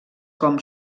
com